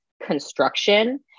construction